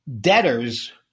debtors